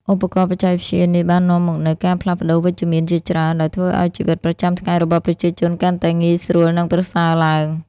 ឧបករណ៍បច្ចេកវិទ្យានេះបាននាំមកនូវការផ្លាស់ប្តូរវិជ្ជមានជាច្រើន ដោយធ្វើឱ្យជីវិតប្រចាំថ្ងៃរបស់ប្រជាជនកាន់តែងាយស្រួល និងប្រសើរឡើង។